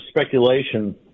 speculation